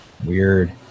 Weird